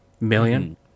Million